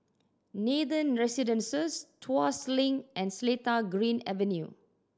Nathan Residences Tuas Link and Seletar Green Avenue